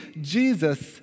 Jesus